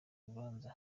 rubanza